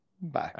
Bye